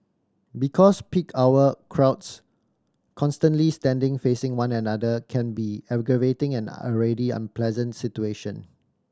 because peak hour crowds constantly standing facing one another can be aggravating and already unpleasant situation